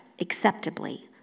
acceptably